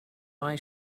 why